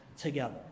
together